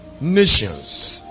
nations